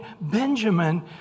Benjamin